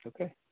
Okay